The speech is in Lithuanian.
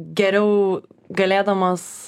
geriau galėdamas